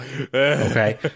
Okay